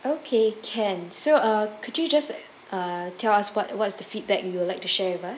okay can so uh could you just uh tell us what what is the feedback that you would like to share with us